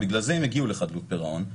בגלל זה הם הגיעו לחדלות פירעון,